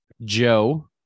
Joe